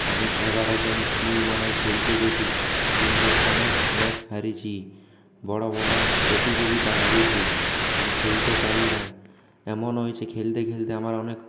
আমি এগারো জনের টিম বানাই খেলতে গেছি কিন্তু অনেক ম্যাচ হেরেছি বড়ো বড়ো প্রতিযোগিতা হেরেছি আমি খেলতে পারি নাই এমন হয়েছে খেলতে খেলতে আমার অনেক